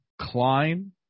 Klein